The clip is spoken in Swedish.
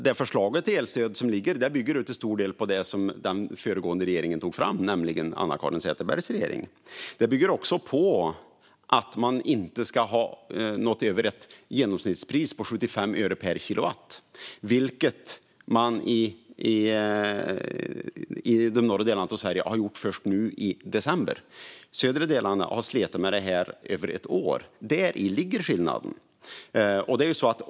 Det förslag till elstöd som ligger bygger till stor del på det som togs fram av den föregående regeringen, det vill säga Anna-Caren Sätherbergs regering. Det bygger också på att man ska ha nått över ett genomsnittspris på 75 öre per kilowatt, vilket man i de norra delarna av Sverige har gjort först nu i december. De södra delarna har slitit med det här i över ett år. Däri ligger skillnaden.